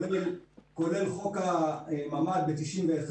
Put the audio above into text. כולל חוק הממ"ד ב-91',